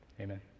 amen